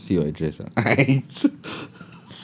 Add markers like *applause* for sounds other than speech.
I think cannot say your address ah *laughs*